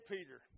Peter